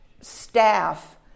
staff